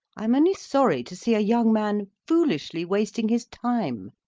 i am only sorry to see a young man foolishly wasting his time.